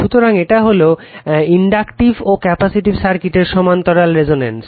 সুতরাং এটা হলো ইনডাকটিভ ও ক্যাপাসিটিভ সার্কিটের সমান্তরাল রেসনেন্স